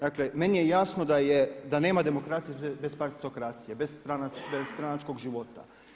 Dakle, meni je jasno da nema demokracije bez partitokracije, bez stranačkog života.